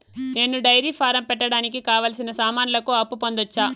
నేను dairy farm పెట్టడానికి కావాల్సిన సామాన్లకు అప్పు పొందొచ్చా?